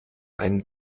einen